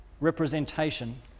representation